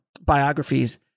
biographies